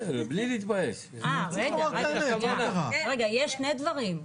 רגע יש שני דברים,